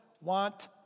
want